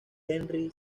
henri